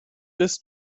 ist